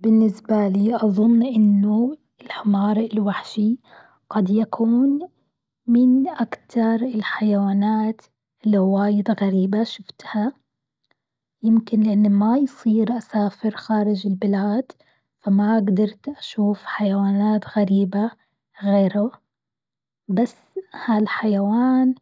بالنسبة لي أظن إنه الحمار الوحشي قد يكون من أكتر الحيوانات اللي واجد غريبة شفتها، يمكن لأن ما يصير أسافر خارج البلاد فما قدرت أشوف حيوانات غريبة غيره، بس هالحيوان